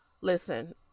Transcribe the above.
Listen